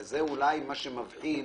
הרי זה ברור מאליו.